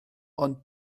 ond